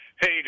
Hey